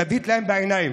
תביט להם בעיניים,